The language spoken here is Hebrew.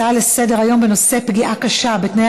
הצעה לסדר-היום בנושא: פגיעה קשה בתנאי